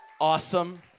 awesome